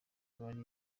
bari